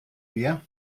wir